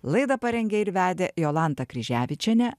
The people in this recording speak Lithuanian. laidą parengė ir vedė jolanta kryževičienė